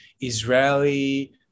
Israeli